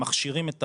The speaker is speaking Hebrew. הם מכשירים,